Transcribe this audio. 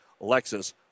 Alexis